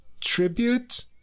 tribute